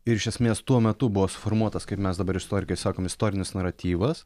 ir iš esmės tuo metu buvo suformuotas kaip mes dabar istorikai sakom istorinis naratyvas